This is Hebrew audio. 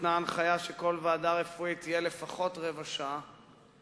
ניתנה הנחיה שכל ועדה רפואית תהיה לפחות רבע שעה,